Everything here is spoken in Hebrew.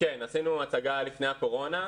כן עשינו הצגה לפני הקורונה.